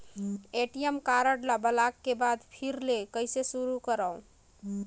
ATM card ल block के बाद फिर ले कइसे शुरू करव?